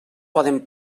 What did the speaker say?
poden